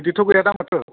बिदिथ' गैयादां माथो